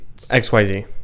XYZ